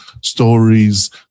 stories